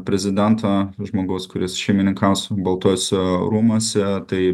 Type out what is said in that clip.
prezidento žmogaus kuris šeimininkaus baltuosiuose rūmuose tai